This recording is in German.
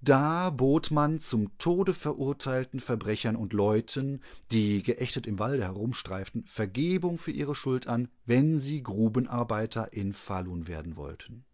da bot man zum tode verurteilten verbrechern und leuten die geächtet im walde herumstreiften vergebung für ihre schuld an wenn sie grubenarbeiter in falun werden wollten